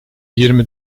yirmi